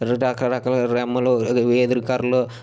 రకరకాల రెమ్మలు ఎదురుకర్రలు